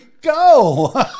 go